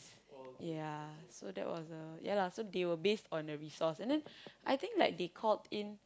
ya so that was the ya lah so they were based on the resource and then I think like they called in